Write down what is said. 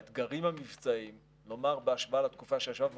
האתגרים המבצעיים נאמר בהשוואה לתקופה שישבנו